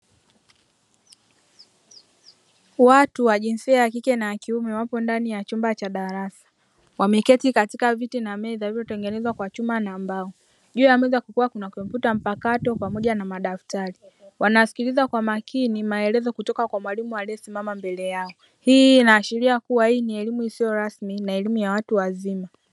Watu wa jinsia ya kike na kiume wapo ndani ya chumba cha darasa wameketi katika viti vilivyotengenezwa kwa chuma na mbao, juu ya meza kukiwa na kompyuta mpakato pamoja na madaftari, wanasikiliza kwa makini maelezo kutoka kwa mwalimu aliyesimama mbele yao. Hii inaashiria kuwa hii ni elimu isiyo rasmi na elimu ya watu wazima.